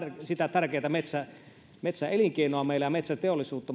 tärkeätä metsäelinkeinoa meidän metsäteollisuutta